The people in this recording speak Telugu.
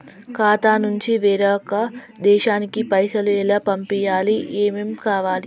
ఖాతా నుంచి వేరొక దేశానికి పైసలు ఎలా పంపియ్యాలి? ఏమేం కావాలి?